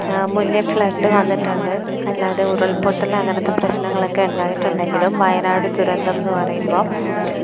മുന്നെ ഫ്ലഡ് വന്നിട്ടുണ്ട് അല്ലാതെ ഉരുൾപൊട്ടൽ അങ്ങനെത്തെ പ്രശ്നങ്ങളെക്കെ ഉണ്ടായിട്ടുണ്ടെങ്കിലും വയനാട് ദുരന്തം എന്ന് പറയുമ്പം